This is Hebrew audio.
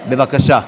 בבקשה,